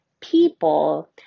people